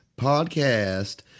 podcast